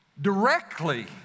directly